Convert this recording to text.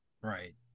right